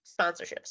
sponsorships